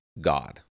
God